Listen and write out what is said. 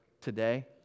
today